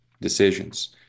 decisions